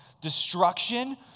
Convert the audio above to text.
destruction